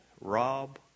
Rob